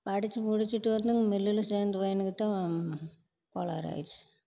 படிச்சு முடிச்சிட்டு வந்து மில்லில் சேர்ந்த பையனுக்குதான் கோளாறாயிருச்சு